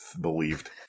believed